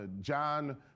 John